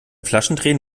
flaschendrehen